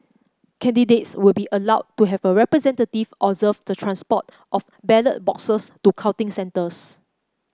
candidates will be allowed to have a representative observe the transport of ballot boxes to counting centres